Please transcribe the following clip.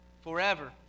forever